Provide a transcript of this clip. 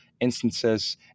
instances